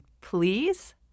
please